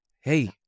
hey